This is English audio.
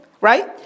right